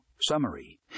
Summary